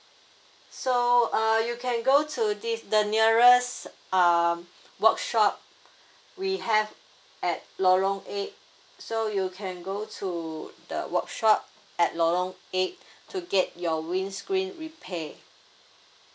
so uh you can go to this the nearest uh workshop we have at lorong eight so you can go to the workshop at lorong eight to get your windscreen repaired